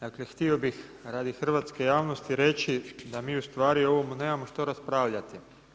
Dakle htio bih radi hrvatske javnosti reći da mi u stvari o ovomu nemamo što raspravljati.